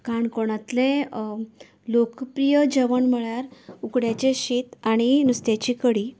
काणकोणांतले लोक प्रिय जेवण म्हळ्यार उकड्याचे शीत आणी नुस्त्याची कडी